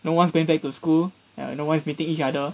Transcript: no one's going back to school no one is meeting each other